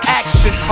action